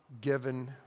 given